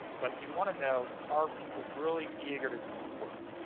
but you want to know are people really eager to do the work?